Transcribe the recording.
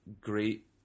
great